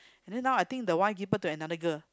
then now I think the wife give birth to another girl